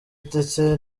ndetse